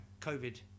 COVID